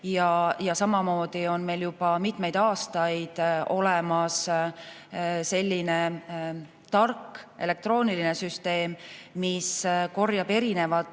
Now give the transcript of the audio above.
Samamoodi on meil juba mitmeid aastaid olemas selline tark elektrooniline süsteem, mis korjab erinevate